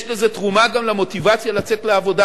יש בזה תרומה גם למוטיבציה לצאת לעבודה,